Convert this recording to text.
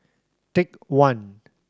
Take One